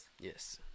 Yes